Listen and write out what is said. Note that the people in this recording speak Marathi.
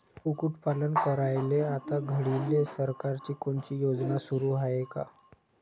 कुक्कुटपालन करायले आता घडीले सरकारची कोनची योजना सुरू हाये का?